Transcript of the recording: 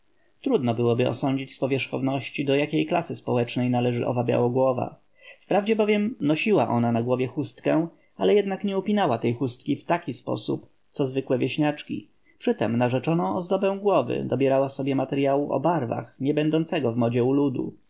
trudno byłoby osądzić z powierzchowności do jakiej klasy społecznej należy owa białogłowa wprawdzie bowiem nosiła ona na głowie chustkę ale jednak nie upinała tej chustki w ten sposób co zwykłe wieśniaczki przytem na rzeczoną ozdobę głowy dobierała sobie materyału o barwach nie będących w modzie u ludu